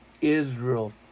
Israel